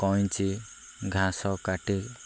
କଇଁଚି ଘାସ କାଟି